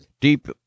deep